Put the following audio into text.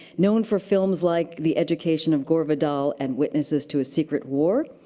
known for films like the education of gore vidal and witnesses to a secret war.